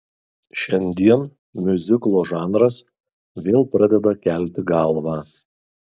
šiandien miuziklo žanras vėl pradeda kelti galvą